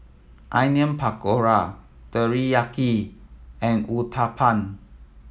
Onion Pakora Teriyaki and Uthapam